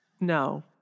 no